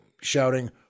shouting